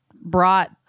brought